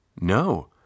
No